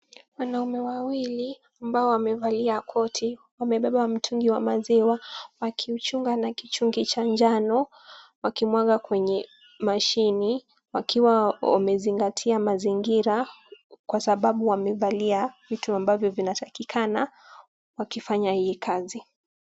Wanaume wawili ambao wamevalia koti wamebeba mtungi wa maziwa, wakiuchunga na kichungi cha njano wakimwaga kwenye mashini , wakiwa wamezingatia mazingira, kwa sababu wamevalia vitu ambavyo vinatakikana, wakifanya hii kazi.